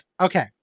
Okay